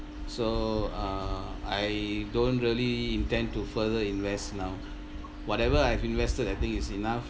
so uh I don't really intend to further invest now whatever I've invested I think is enough